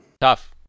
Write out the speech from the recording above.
Tough